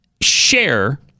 share